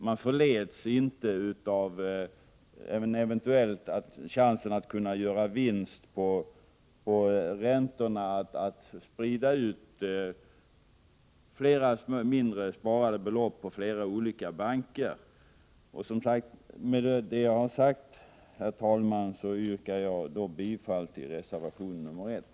Man förleds inte av chansen att eventuellt kunna göra vinst på räntorna genom att sprida ut mindre sparbelopp på flera olika banker. Med det anförda, herr talman, yrkar jag bifall till reservation 1.